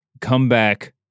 comeback